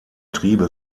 triebe